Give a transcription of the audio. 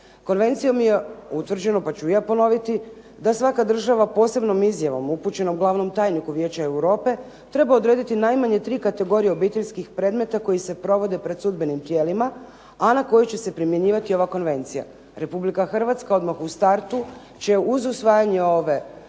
Konvencijom je utvrđeno pa ću i ja ponoviti da svaka država posebnom izjavom upućenom glavnom tajniku Vijeća Europe treba odrediti najmanje tri kategorije obiteljskih predmeta koji se provode pred sudbenim tijelima a na koje će se primjenjivati ova konvencija. Republika Hrvatska odmah u startu uz usvajanje ove